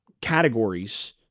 categories